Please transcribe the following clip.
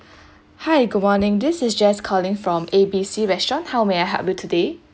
hi good morning this is jess calling from A B C restaurant how may I help you today